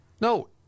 no